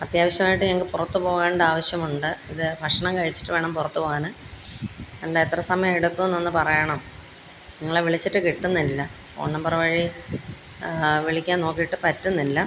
അത്യാവശ്യായിട്ട് ഞങ്ങള്ക്ക് പുറത്ത് പോകണ്ട ആവശ്യമുണ്ട് ഇത് ഭക്ഷണം കഴിച്ചിട്ട് വേണം പുറത്ത് പോകാന് അല്ല എത്ര സമയം എടുക്കുമെന്നൊന്ന് പറയണം നിങ്ങളെ വിളിച്ചിട്ട് കിട്ടുന്നില്ല ഫോൺ നമ്പർ വഴി വിളിക്കാൻ നോക്കിയിട്ട് പറ്റുന്നില്ല